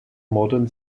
modern